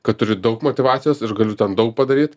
kad turiu daug motyvacijos ir galiu ten daug padaryt